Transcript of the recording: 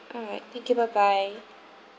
alright thank you bye bye